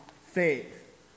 faith